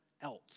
else